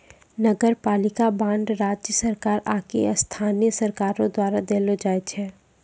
नगरपालिका बांड राज्य सरकार आकि स्थानीय सरकारो द्वारा देलो जाय छै